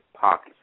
pockets